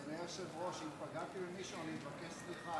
אדוני היושב-ראש, אם פגעתי במישהו אני מבקש סליחה.